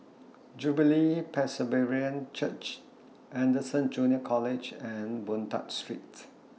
Jubilee Presbyterian Church Anderson Junior College and Boon Tat Streets